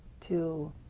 to